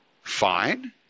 fine